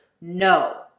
No